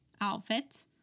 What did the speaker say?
outfit